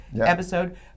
episode